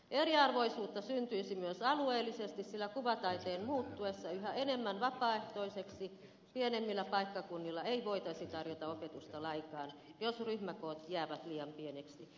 eriarvoisuutta syntyisi myös alueellisesti sillä kuvataiteen muuttuessa yhä enemmän vapaaehtoiseksi pienemmillä paikkakunnilla ei voitaisi tarjota opetusta lainkaan jos ryhmäkoot jäävät liian pieniksi